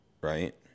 right